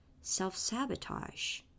self-sabotage